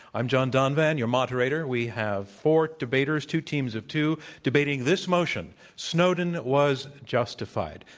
i'm john donvan, your moderator. we have four debaters, two teams of two debating this motion snowden was justified.